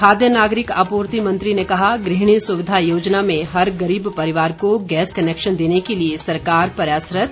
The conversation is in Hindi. खाद्य नागरिक आपूर्ति मंत्री ने कहा गृहिणी सुविधा योजना में हर गरीब परिवार को गैस कनैक्शन देने के लिए सरकार प्रयासरत